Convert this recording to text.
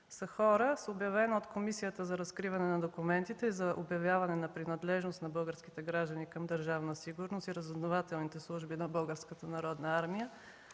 са хора с обявена от Комисията за разкриване на документите и за обявяване на принадлежност на български граждани към „Държавна сигурност” и разузнавателните служби на